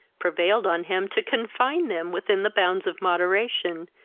prevailed on him to confine them within the bounds of moderation,